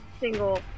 single